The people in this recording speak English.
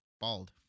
Bald